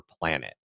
planet